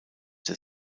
der